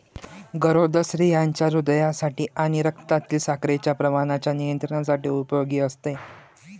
गरोदर स्त्रियांच्या हृदयासाठी आणि रक्तातील साखरेच्या प्रमाणाच्या नियंत्रणासाठी उपयोगी असते